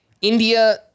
India